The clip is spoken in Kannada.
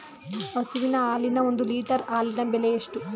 ಹಸುವಿನ ಹಾಲಿನ ಒಂದು ಲೀಟರ್ ಹಾಲಿನ ಬೆಲೆ ಎಷ್ಟು?